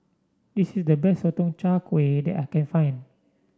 this is the best Sotong Char Kway that I can find